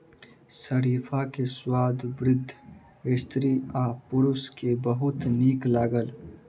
शरीफा के स्वाद वृद्ध स्त्री आ पुरुष के बहुत नीक लागल